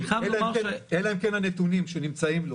אלא אם כן הנתונים שנמצאים לו